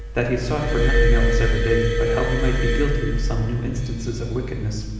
that he sought for nothing else every day but how he might be guilty of some new instances of wickedness,